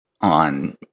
on